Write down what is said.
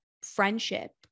friendship